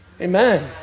Amen